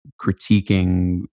critiquing